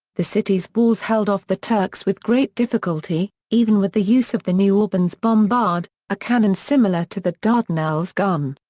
the city's walls held off the turks with great difficulty, even with the use of the new orban's bombard, a cannon similar to the dardanelles gun.